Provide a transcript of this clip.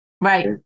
Right